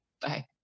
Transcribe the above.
bye